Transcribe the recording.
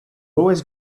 always